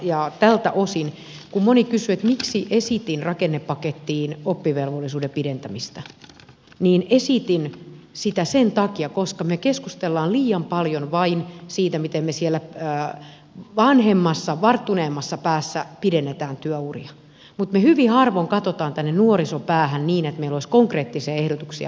tältä osin kun moni kysyy miksi esitin rakennepakettiin oppivelvollisuuden pidentämistä niin esitin sitä sen takia että me keskustelemme liian paljon vain siitä miten me siellä vanhemmassa varttuneemmassa päässä pidennämme työuria mutta me hyvin harvoin katsomme tänne nuorisopäähän niin että meillä olisi konkreettisia ehdotuksia pöydällä